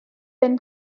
then